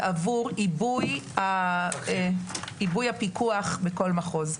ועבור עיבוי הפיקוח בכל מחוז.